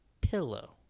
pillow